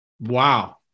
wow